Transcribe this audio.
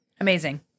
Amazing